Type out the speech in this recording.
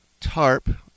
Tarp